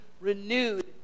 renewed